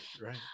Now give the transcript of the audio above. right